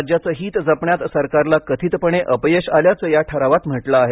राज्याचं हित जपण्यात सरकारला कथितपणे अपयश आल्याचं या ठरावात म्हटलं आहे